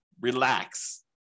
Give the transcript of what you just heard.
relax